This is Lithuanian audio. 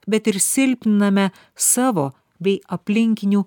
bet ir silpniname savo bei aplinkinių